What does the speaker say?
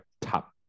top